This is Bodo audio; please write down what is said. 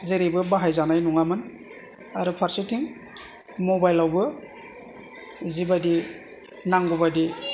जेरैबो बाहायजानाय नङामोन आरो फारसेथिं मबाइल आवबो जिबादि नांगौबादि